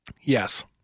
Yes